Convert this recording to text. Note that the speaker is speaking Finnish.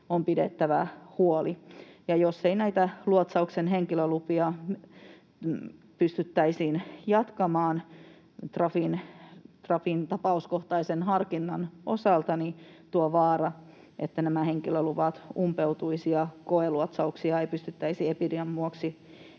on pidettävä huoli, ja jos ei näitä luotsauksen henkilölupia pystyttäisi jatkamaan Trafin tapauskohtaisen harkinnan osalta, niin on vaara, että nämä henkilöluvat umpeutuisivat ja koeluotsauksia ei pystyttäisi epidemian vuoksi